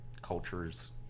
cultures